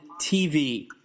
TV